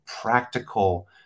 practical